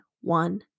one